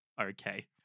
okay